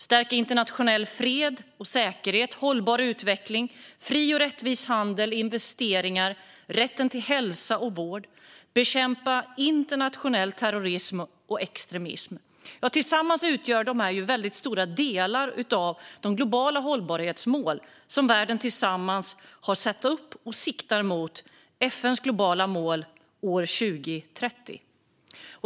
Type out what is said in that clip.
Det handlar om internationell fred och säkerhet, hållbar utveckling, fri och rättvis handel, investeringar, rätten till hälsa och vård och att bekämpa internationell terrorism och extremism. Tillsammans utgör det väldigt stora delar av de globala hållbarhetsmål som världen tillsammans har satt upp och siktar mot. Det är FN:s globala mål inför år 2030.